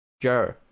Joe